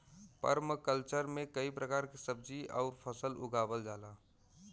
permaculture में कई प्रकार के सब्जी आउर फसल उगावल जाला